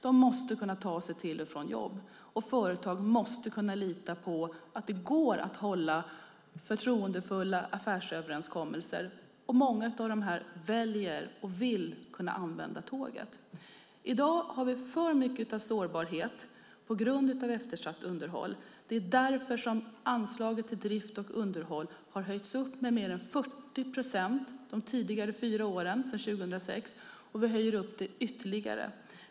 De måste kunna ta sig till och från jobb, och företag måste kunna lita på att det går att hålla förtroendefulla affärsöverenskommelser. Många av dem väljer och vill kunna använda tåget. I dag har vi för mycket av sårbarhet på grund av eftersatt underhåll. Det är därför anslaget till drift och underhåll har höjts med mer än 40 procent de senaste fyra åren, sedan 2006, och vi höjer det ytterligare.